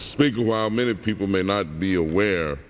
spiegel while many people may not be aware